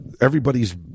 everybody's